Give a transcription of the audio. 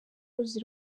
ruzi